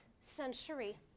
century